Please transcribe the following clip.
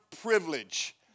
privilege